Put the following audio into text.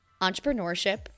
entrepreneurship